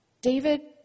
David